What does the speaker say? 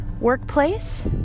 workplace